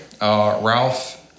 Ralph